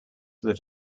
that